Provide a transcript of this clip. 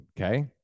okay